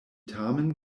tamen